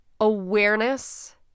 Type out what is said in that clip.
Awareness